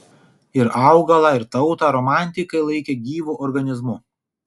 ir augalą ir tautą romantikai laikė gyvu organizmu